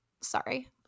sorry